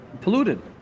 polluted